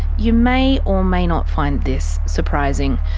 you may or may not find this surprising.